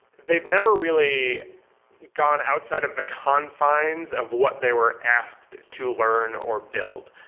they've never really gone outside of the confines of what they were asked to learn or build,